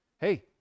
hey